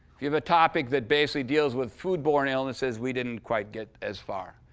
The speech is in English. if you have a topic that basically deals with food-borne illnesses, we didn't quite get as far,